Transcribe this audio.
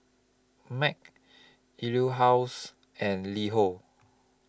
MAG Etude House and LiHo